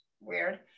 weird